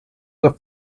the